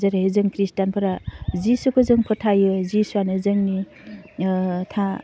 जेरै जों खृष्टानफोरा जिसुखौ जों फोथायो जिसुआनो जोंनि ओह था